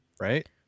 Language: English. right